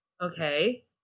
okay